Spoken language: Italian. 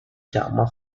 chiama